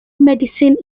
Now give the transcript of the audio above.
medicine